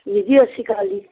ਵੀਰ ਜੀ ਸਤਿ ਸ਼੍ਰੀ ਅਕਾਲ ਜੀ